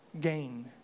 gain